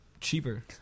cheaper